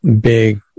big